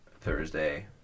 Thursday